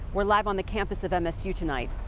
we're live on the campus of msu tonight.